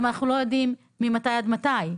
גם אנחנו לא יודעים ממתי עד מתי,